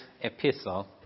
epistle